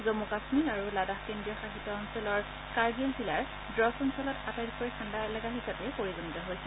জম্মু কাম্মীৰ আৰু লাডাখ কেন্দ্ৰীয় শাসিত ৰাজ্যক্ষেত্ৰৰ কাৰ্গিল জিলাৰ দ্ৰছ অঞ্চল আটাইতকৈ ঠাণ্ডা এলেকা হিচাপে পৰিগণিত হৈছে